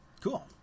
cool